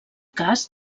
cas